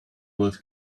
would